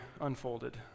unfolded